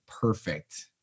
perfect